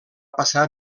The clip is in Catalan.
passar